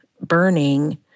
burning